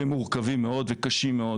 והם מורכבים מאוד וקשים מאוד